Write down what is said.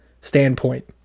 standpoint